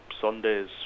Sundays